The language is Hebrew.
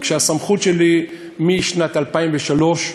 כשהסמכות שלי היא משנת 2003,